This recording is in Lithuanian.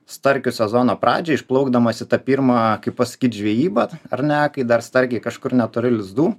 starkių sezono pradžią išplaukdamas į tą pirma kaip pasakyt žvejybą ar ne kai dar starkiai kažkur netoli lizdų